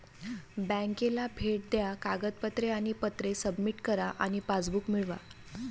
बँकेला भेट द्या कागदपत्रे आणि पत्रे सबमिट करा आणि पासबुक मिळवा